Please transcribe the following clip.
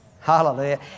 Hallelujah